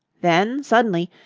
then suddenly,